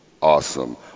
Awesome